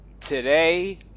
Today